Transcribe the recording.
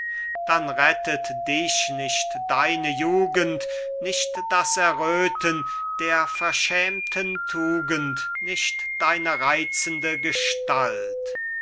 dann rettet dich nicht deine jugend nicht das erröthen der verschämten tugend nicht deine reizende gestalt